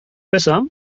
besser